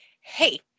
hey